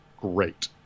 great